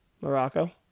Morocco